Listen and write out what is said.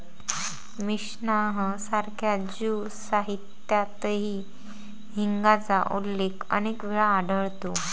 Mishnah सारख्या Jew साहित्यातही हिंगाचा उल्लेख अनेक वेळा आढळतो